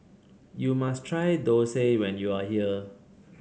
you must try thosai when you are here